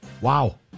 Wow